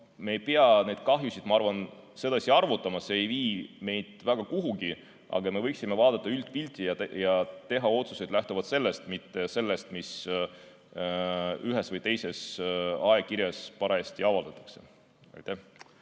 Me ei pea neid kahjusid, ma arvan, sedasi arvutama, see ei vii meid väga kuhugi, aga me võiksime vaadata üldpilti ja teha otsuseid lähtuvalt sellest, mitte sellest, mis ühes või teises ajakirjas parajasti avaldatakse.